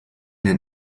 den